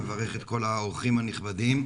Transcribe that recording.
ומברך את כל האורחים הנכבדים.